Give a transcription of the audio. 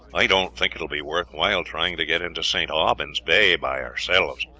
i don't think it will be worth while trying to get into st. aubyn's bay by ourselves.